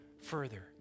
further